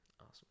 Awesome